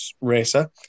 racer